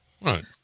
Right